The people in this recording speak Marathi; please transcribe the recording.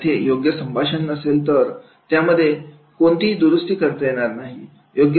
जर इथे योग्य संभाषण नसेल तर त्यामध्ये कोणतीही दुरुस्ती करता येईल